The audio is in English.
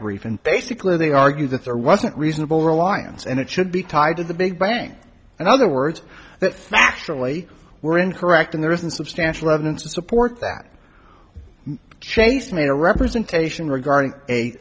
brief and basically they argue that there wasn't reasonable reliance and it should be tied to the big bang and other words that factually were incorrect and there isn't substantial evidence to support that chase made a representation